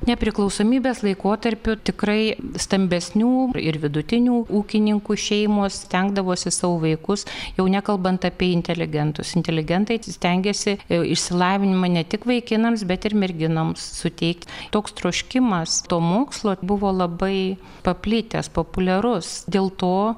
nepriklausomybės laikotarpiu tikrai stambesnių ir vidutinių ūkininkų šeimos stengdavosi savo vaikus jau nekalbant apie inteligentus inteligentai stengėsi išsilavinimą ne tik vaikinams bet ir merginoms suteikt toks troškimas to mokslo buvo labai paplitęs populiarus dėl to